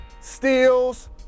Steals